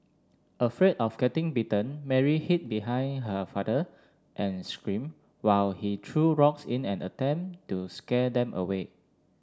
afraid of getting bitten Mary hid behind her father and scream while he threw rocks in an attempt to scare them away